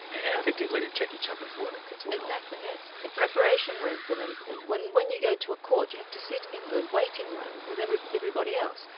and effectively, to check each other's work as well. exactly, yes. a preparation room for them when when you go to a court you have to sit in the waiting room with everybody everybody else.